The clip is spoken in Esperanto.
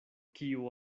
kiu